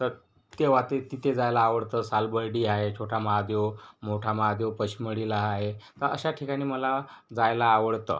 तर तेव्हा ते तिथे जायला आवडतं सालबर्डी आहे छोटा महादेव मोठा महादेव पचमढीला आहे तर अशा ठिकाणी मला जायला आवडतं